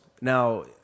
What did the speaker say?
Now